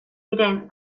diren